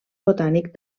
botànic